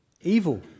evil